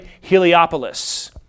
Heliopolis